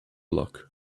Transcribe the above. luck